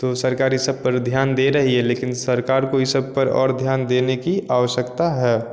तो सरकार इन सब पर ध्यान दे रही है लेकिन सरकार को इन सब पर और ध्यान देने की आवश्यकता है